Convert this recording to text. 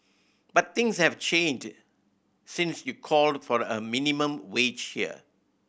but things have changed since you called for a minimum wage here